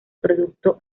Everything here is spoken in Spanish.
producto